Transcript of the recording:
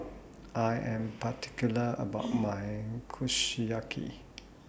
I Am particular about My Kushiyaki